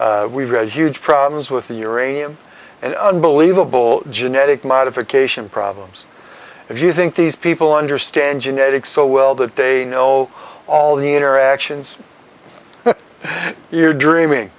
uranium we've got huge problems with the uranium and unbelievable genetic modification problems if you think these people understand genetics so well that they know all the interactions you're dreaming